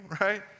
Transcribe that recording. right